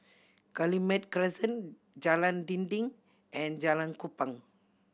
Guillemard Crescent Jalan Dinding and Jalan Kupang